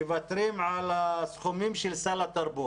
מוותרים על הסכומים של סל התרבות.